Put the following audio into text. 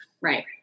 right